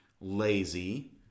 lazy